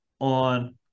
on